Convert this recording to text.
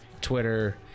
twitter